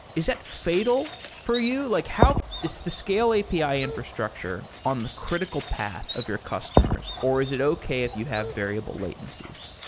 is that fatal for you? like is the scale api infrastructure on the critical path of your customers? or is it okay if you have variable latencies?